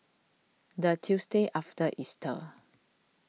the Tuesday after Easter